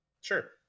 sure